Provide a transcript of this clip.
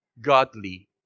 godly